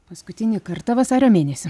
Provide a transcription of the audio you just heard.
paskutinį kartą vasario mėnesį